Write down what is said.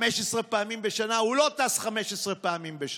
15 פעמים בשנה, כשהוא לא טס 15 פעמים בשנה,